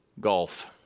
golf